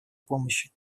помощи